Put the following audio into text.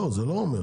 לא, זה לא אומר.